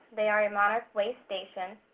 they are a monarch way station.